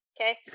okay